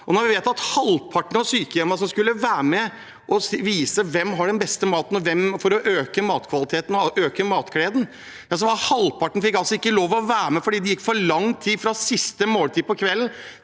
Når vi vet at halvparten av sykehjemmene som skulle være med og vise hvem som har den beste maten, for å øke matkvaliteten og matgleden, ikke fikk lov til å være med fordi det gikk for lang tid fra siste måltid på kvelden